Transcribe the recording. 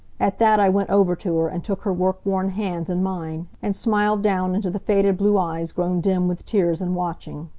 at that i went over to her, and took her work-worn hands in mine, and smiled down into the faded blue eyes grown dim with tears and watching.